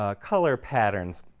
ah color patterns.